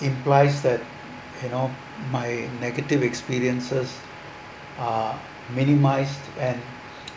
implies that you know my negative experiences are minimised and